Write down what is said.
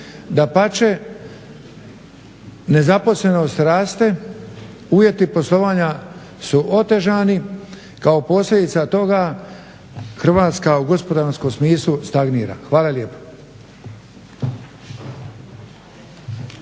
dapače nezaposlenost raste, uvjeti poslovanja su otežani, kao posljedica toga Hrvatska u gospodarskom smislu stagnira. Hvala lijepa.